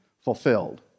fulfilled